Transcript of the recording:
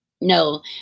no